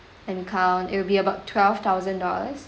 let me count it will be about twelve thousand dollars